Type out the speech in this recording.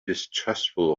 distrustful